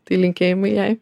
tai linkėjimai jai